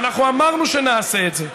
ואנחנו אמרנו שנעשה את זה.